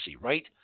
right